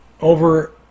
over